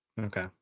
Okay